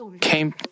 came